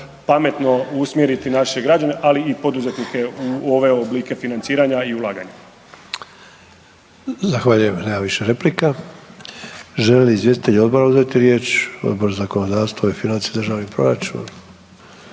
pametno usmjeriti naše građane, ali i poduzetnike u ove oblike financiranja i ulaganja. **Sanader, Ante (HDZ)** Zahvaljujem. Nema više replika. Želi li izvjestitelji odbora uzeti riječ? Odbor za zakonodavstvo i financije i državni proračun?